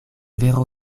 vero